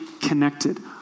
connected